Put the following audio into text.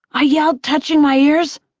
i yelled, touching my ears.